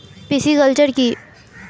Pisciculture কি?